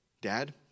Dad